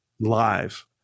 live